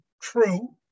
true